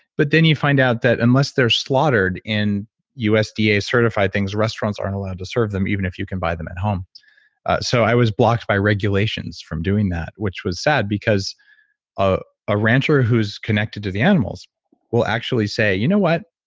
but then you find out that unless they're slaughtered in usda-certified things, restaurants aren't allowed to serve them even if you can buy them at home so i was blocked by regulations from doing that, which was sad, because ah a rancher who's connected to the animals will actually say, you know what?